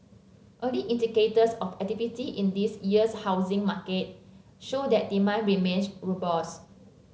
early indicators of activity in this year's housing market show that demand remains robust